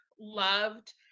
loved